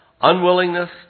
unwillingness